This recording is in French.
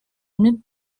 mythe